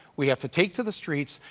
we have to take to the streets,